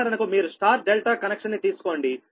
ఉదాహరణకు మీరు star delta connection ని తీసుకోండి